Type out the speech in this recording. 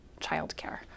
childcare